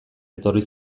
etorri